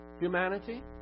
humanity